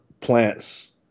plants